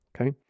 Okay